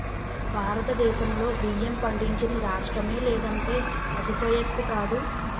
భారతదేశంలో బియ్యం పండించని రాష్ట్రమే లేదంటే అతిశయోక్తి కాదు